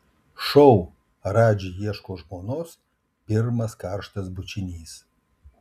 šou radži ieško žmonos pirmas karštas bučinys